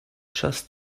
just